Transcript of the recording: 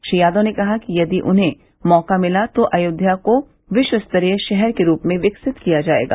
श्री यादव ने कहा कि यदि उन्हें मौका मिला तो अयोध्या को विश्वस्तरीय शहर के रूप में विकसित किया जायेगा